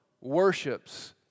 worships